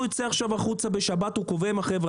יוצא החוצה בשבת הוא קובע עם החבר'ה.